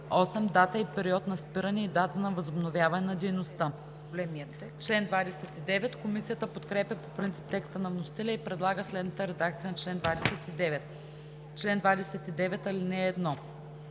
8. дата и период на спиране и дата на възобновяване на дейността.“ Комисията подкрепя по принцип текста на вносителя и предлага следната редакция на чл. 29: „Чл. 29. (1) В 7-дневен